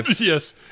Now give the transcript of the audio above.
Yes